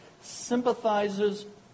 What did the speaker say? sympathizes